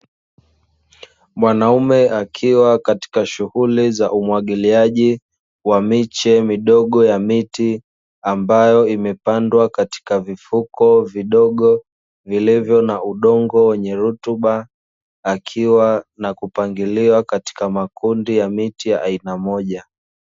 Mwanaume akiwa katika shughuli za umwagiliaji wa miche midogo ya miti ambayo imepandwa katika vifuko vidogo vilivyo na udongo wenye rutuba na kupangiliwa katika makundi ya miti ya aina moja.